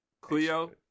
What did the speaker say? Cleo